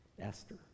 Esther